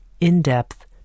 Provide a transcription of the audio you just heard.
in-depth